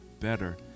better